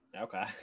okay